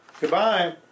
Goodbye